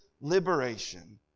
liberation